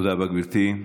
תודה רבה, גברתי.